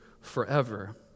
forever